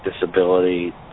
disability